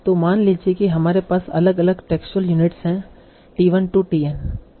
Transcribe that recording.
तो मान लीजिए कि हमारे पास अलग अलग टेक्सुअल यूनिट्स हैं t 1 to t n